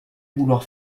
vouloir